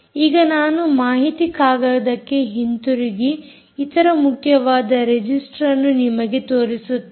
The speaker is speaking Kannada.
ಈಗ ನಾನು ಮಾಹಿತಿ ಕಾಗದಕ್ಕೆ ಹಿಂದಿರುಗಿ ಇತರ ಮುಖ್ಯವಾದ ರಿಜಿಸ್ಟರ್ಅನ್ನು ನಿಮಗೆ ತೋರಿಸುತ್ತೇನೆ